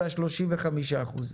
ו-35%.